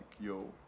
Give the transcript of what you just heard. yo